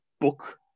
book